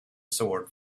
sword